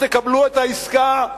תקבלו את העסקה,